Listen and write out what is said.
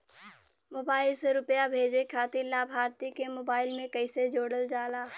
Mobile से रूपया भेजे खातिर लाभार्थी के मोबाइल मे कईसे जोड़ल जाला?